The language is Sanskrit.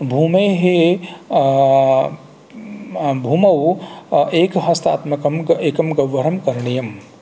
भूमेः भूमौ एकहस्तात्मकं एकं गह्वरं करणीयं